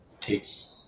takes